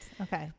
Okay